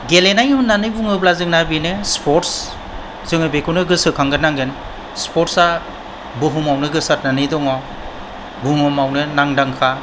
गेलेनाय होननानै बुङोब्ला जोंना बेनो स्पर्टस जोङो बेखौनो गोसो खांग्रोनो नांगोन स्पर्टसा बुहुमावनो गोसारनानै दङ' बुहुमावनो नामदांखा